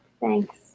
thanks